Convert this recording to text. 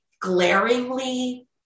glaringly